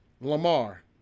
Lamar